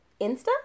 Insta